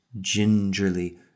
gingerly